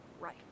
right